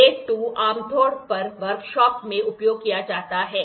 grade 2 आमतौर पर workshop में उपयोग किया जाता है